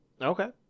Okay